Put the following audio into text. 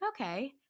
okay